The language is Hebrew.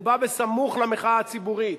הוא בא סמוך למחאה הציבורית,